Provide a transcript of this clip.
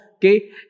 Okay